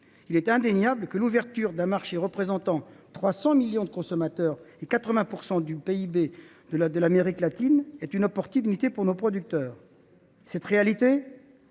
il est indéniable que l’ouverture d’un marché représentant 300 millions de consommateurs et 80 % du PIB de l’Amérique latine peut être une chance pour nos producteurs. C’est vrai